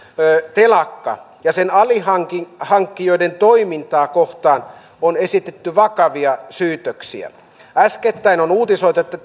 telakkaa ja sen alihankkijoiden alihankkijoiden toimintaa kohtaan on esitetty vakavia syytöksiä äskettäin on uutisoitu että